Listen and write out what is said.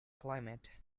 climate